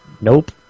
Nope